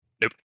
Nope